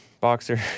boxer